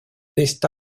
está